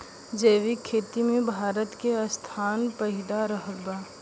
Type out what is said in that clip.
जैविक खेती मे भारत के स्थान पहिला रहल बा